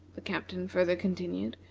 the captain further continued,